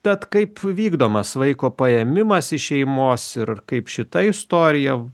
tad kaip vykdomas vaiko paėmimas iš šeimos ir kaip šita istorija